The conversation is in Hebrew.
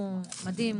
הוא מדהים,